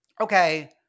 okay